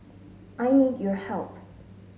I need your help